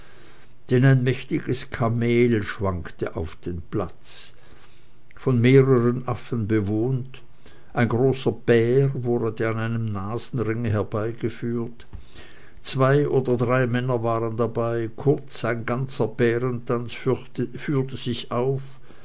denn ein mächtiges kamel schwankte auf den platz von mehreren affen bewohnt ein großer bär wurde an seinem nasenringe herbeigeführt zwei oder drei männer waren dabei kurz ein ganzer bärentanz führte sich auf